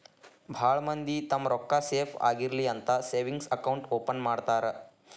ಭಾಳ್ ಮಂದಿ ತಮ್ಮ್ ರೊಕ್ಕಾ ಸೇಫ್ ಆಗಿರ್ಲಿ ಅಂತ ಸೇವಿಂಗ್ಸ್ ಅಕೌಂಟ್ ಓಪನ್ ಮಾಡ್ತಾರಾ